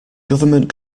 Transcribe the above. government